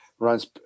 runs